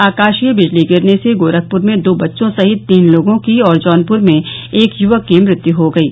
आकाशीय बिजली गिरने से गोरखप्र में दो बच्चों सहित तीन लोगों की और जौनपुर में एक युवक की मृत्यु हो गयी